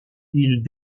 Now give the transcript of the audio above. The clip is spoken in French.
ils